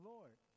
Lord